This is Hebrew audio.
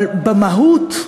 אבל במהות,